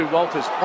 Walters